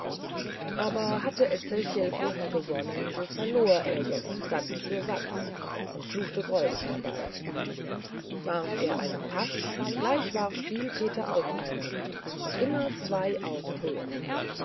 aber hatte ezechiel vorher gewonnen so verlor er jetzt satz für satz und fluchte greulich dabei warf er einen pasch gleich warf spiel peter auch einen und immer zwei augen höher